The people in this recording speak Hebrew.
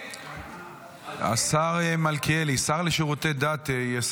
יסכם השר מלכיאלי, השר לשירותי דת.